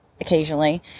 occasionally